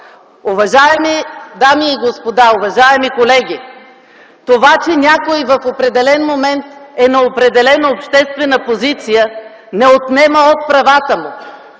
Уважаеми дами и господа, уважаеми колеги! Това, че някой в определен момент е на определена обществена позиция, не отнема от правата му.